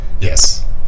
Yes